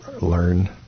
learn